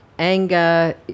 Anger